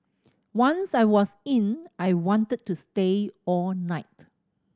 once I was in I wanted to stay all night